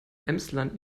emsland